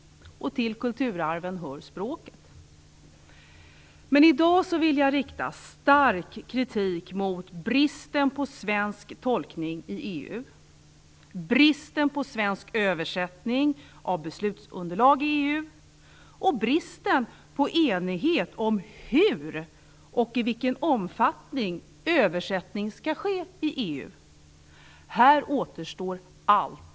Till kulturarven hör språket. Men i dag vill jag rikta stark kritik mot bristen på svensk tolkning i EU, bristen på svensk översättning av beslutsunderlag i EU och bristen på enighet om hur och i vilken omfattning översättning skall ske i EU. Här återstår allt.